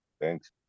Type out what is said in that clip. thanks